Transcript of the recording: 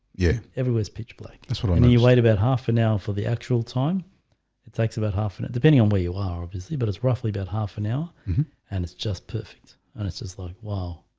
yeah, everywhere's pitch-black. that's what i mean. you wait about half an hour for the actual time it takes about half an it depending on where you are, obviously but it's roughly about half an hour and it's just perfect and it's just like wow,